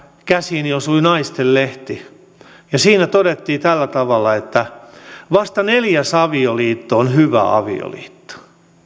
käsiini osui naistenlehti ja siinä todettiin tällä tavalla että vasta neljäs avioliitto on hyvä avioliitto